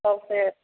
सबसँ